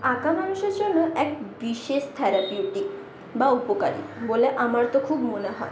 আঁকা মানুষের জন্য এক বিশেষ থ্যারাপিউটিক বা উপকারি বলে আমার তো খুব মনে হয়